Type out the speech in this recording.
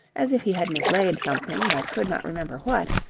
as if he had mislaid something but could not remember what,